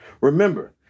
Remember